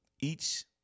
Each-